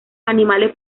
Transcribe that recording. animales